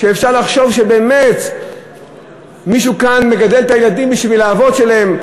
אפשר לחשוב שבאמת מישהו כאן מגדל את הילדים בשביל האבות שלהם.